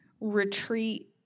retreat